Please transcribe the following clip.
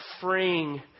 freeing